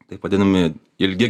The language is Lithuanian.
taip vadinami ilgi